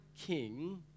king